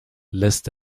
list